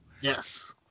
Yes